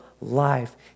life